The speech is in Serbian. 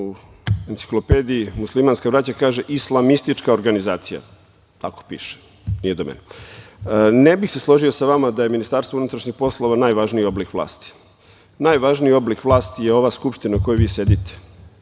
u enciklopediji muslimanska braća, kaže islamistička organizacija, tako piše, nije do mene. Ne bih se složio sa vama da je Ministarstvo unutrašnjih poslova najvažniji oblik vlasti. Najvažniji oblik vlasti je ova Skupština u kojoj vi sedite.